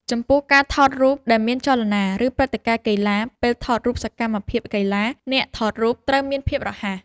ចំពោះ ការថតរូបដែលមានចលនា ឬព្រឹត្តិការណ៍កីឡា ពេលថតរូបសកម្មភាពកីឡា អ្នកថតរូបត្រូវមានភាពរហ័ស។